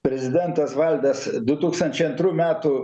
prezidentas valdas du tūkstančiai antrų metų